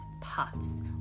puffs